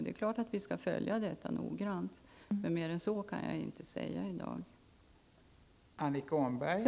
Det är klart att vi noggrant skall följa detta, men mer än så kan jag i dag inte säga.